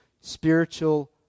spiritual